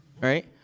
right